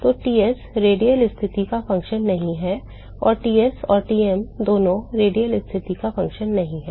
तो Ts radial स्थिति का फ़ंक्शन नहीं है और Ts और Tm दोनों रेडियल स्थिति का फ़ंक्शन नहीं हैं